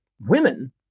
women